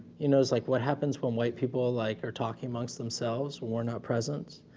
you know, it's like what happens when white people, like, are talking amongst themselves. we're not present